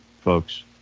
folks